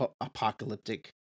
apocalyptic